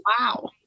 Wow